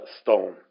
stone